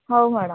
ହଉ ମ୍ୟାଡମ